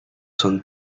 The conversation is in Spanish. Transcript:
son